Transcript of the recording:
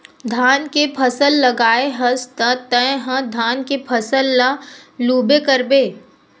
धान के फसल लगाए हस त तय ह धान के फसल ल लूबे करबे